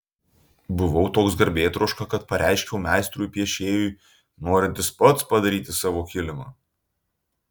buvau toks garbėtroška kad pareiškiau meistrui piešėjui norintis pats padaryti savo kilimą